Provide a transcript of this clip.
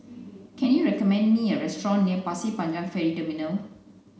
can you recommend me a restaurant near Pasir Panjang Ferry Terminal